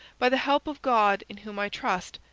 by the help of god in whom i trust,